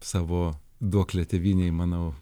savo duoklę tėvynei manau